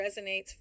resonates